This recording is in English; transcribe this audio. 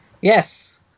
Yes